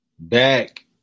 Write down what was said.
Back